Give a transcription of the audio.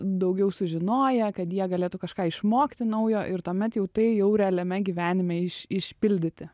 daugiau sužinoję kad jie galėtų kažką išmokti naujo ir tuomet jau tai jau realiame gyvenime iš išpildyti